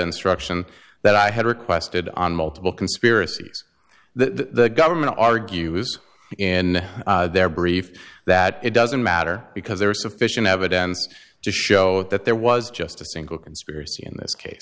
instruction that i had requested on multiple conspiracies the government argues in their brief that it doesn't matter because there is sufficient evidence to show that there was just a single conspiracy in this case